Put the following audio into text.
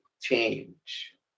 change